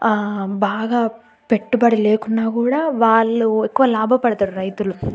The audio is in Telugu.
బాగా పెట్టుబడి లేకున్నా కూడా వాళ్ళు ఎక్కువ లాభపడతారు రైతులు